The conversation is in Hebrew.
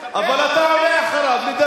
למה אתה מפריע?